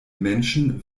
menschen